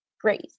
great